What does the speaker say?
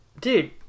Dude